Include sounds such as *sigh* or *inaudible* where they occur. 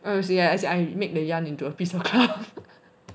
oh as in I as in I made the yarn into a piece of cloth *laughs*